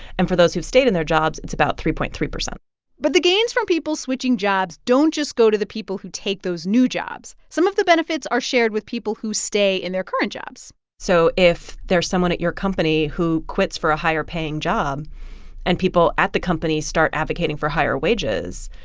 and for those who've stayed in their jobs, it's about three point three zero but the gains from people switching jobs don't just go to the people who take those new jobs. some of the benefits are shared with people who stay in their current jobs so if there's someone at your company who quits for a higher-paying job and people at the company start advocating for higher wages,